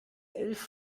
elf